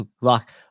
Lock